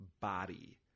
body